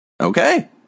Okay